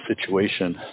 situation